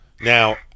now